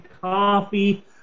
coffee